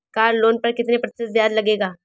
Car loan पर कितने प्रतिशत ब्याज लगेगा?